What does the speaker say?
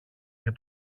και